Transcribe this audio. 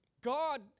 God